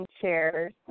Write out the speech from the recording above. chairs